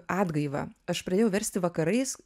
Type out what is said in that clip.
atgaivą aš pradėjau versti vakarais